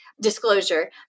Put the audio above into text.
disclosure